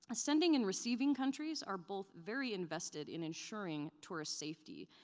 sending and receiving countries are both very invested in ensuring tourists' safety,